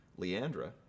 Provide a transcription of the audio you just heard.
Leandra